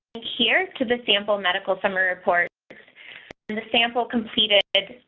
here to the sample medical summary report and the sample completed,